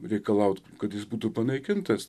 reikalauti kad jis būtų panaikintas